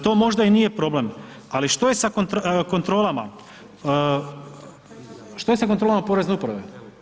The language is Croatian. To možda i nije problem ali što je sa kontrolama, što je sa kontrolama porezne uprave?